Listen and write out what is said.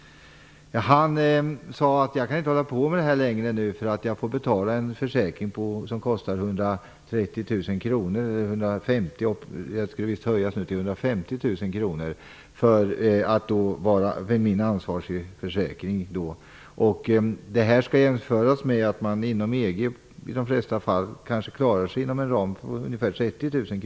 Han sade att han inte kan hålla på med det här längre, därför att han får betala en ansvarsförsäkring som nu kostar 130 000 kr och senare kommer att kosta 150 000 kr. Detta skall jämföras med att man inom EG i de flesta fall klarar sig inom en ram på ungefär 30 000 kr.